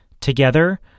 together